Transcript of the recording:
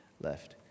left